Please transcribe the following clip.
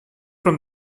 from